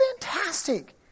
fantastic